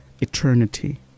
eternity